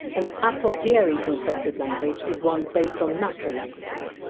an a postieri constructed language is one based on natural languages,